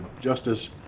Justice